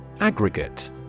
Aggregate